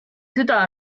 süda